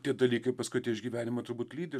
tie dalykai paskui tie išgyvenimai turbūt lydi